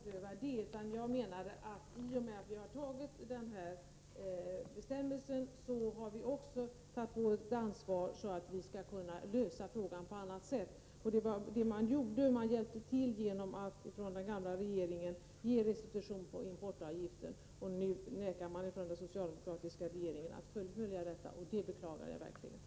Herr talman! Nej, jag menade inte att riksdagsbeslutet skulle omprövas. Men i och med att vi har infört denna bestämmelse om koscherslakt har vi också tagit på oss ett ansvar för att lösa frågan på annat sätt. Det var det som den borgerliga regeringen gjorde genom att ge restitution på importavgiften. Nu vägrar den socialdemokratiska regeringen att fullfölja detta, vilket jag verkligen beklagar.